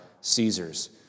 Caesar's